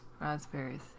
Raspberries